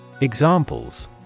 Examples